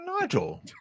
Nigel